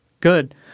good